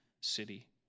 city